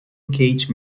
cage